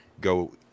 go